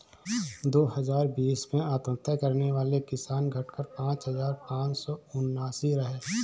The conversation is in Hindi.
दो हजार बीस में आत्महत्या करने वाले किसान, घटकर पांच हजार पांच सौ उनासी रहे